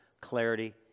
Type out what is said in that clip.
clarity